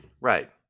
Right